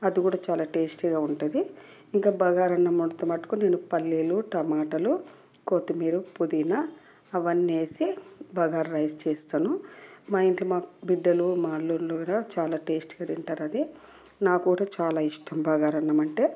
అది కూడా చాలా టేస్టీగా ఉంటుంది ఇంకా బగారా అన్నం వండితే మటుకు పల్లీలు టమాటాలు కొత్తిమీర పుదీనా అవన్నీ వేసి బగారా రైస్ చేస్తాను మా ఇంట్లో మాకు బిడ్డలు మా అల్లుళ్ళు కూడా చాలా టేస్ట్గా తింటారది నాకు కూడా చాలా ఇష్టం బగారా అన్నం అంటే